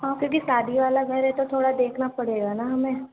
ہاں کیونکہ شادی والا گھر ہے تو تھوڑا دیکھنا پڑے گا نا ہمیں